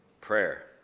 Prayer